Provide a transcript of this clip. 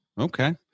Okay